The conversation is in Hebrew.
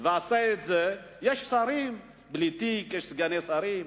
והוא עשה את זה, יש שרים בלי תיק, יש סגני שרים.